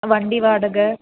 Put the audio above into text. வண்டி வாடகை